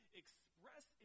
express